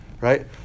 right